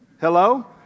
Hello